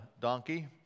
donkey